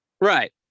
Right